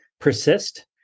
persist